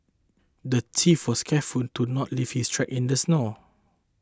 the thief was careful to not leave his tracks in the snow